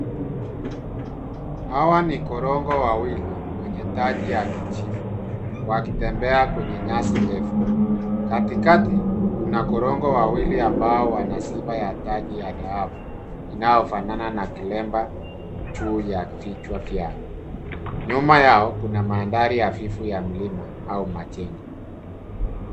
Hawa ni korongo wawili wenye taji ya kijivu wakitembea kwenye nyasi ndefu katikati kuna korongo wawili ambao wana sifa ya taji ya dhahabu inayo fanana na kilemba juu ya vichwa vyao. Nyuma yao kuna mandhari hafifu ya milima au majengo.